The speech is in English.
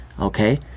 Okay